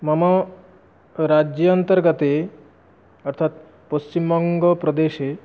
मम राज्यन्तर्गते तत् पश्चिम्बङ्गप्रदेशे